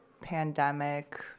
pandemic